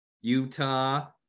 Utah